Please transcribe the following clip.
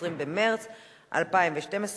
20 במרס 2012,